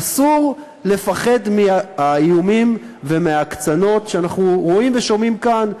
אסור לפחד מהאיומים ומההקצנות שאנחנו רואים ושומעים כאן,